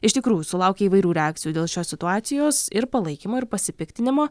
iš tikrųjų sulaukė įvairių reakcijų dėl šios situacijos ir palaikymo ir pasipiktinimo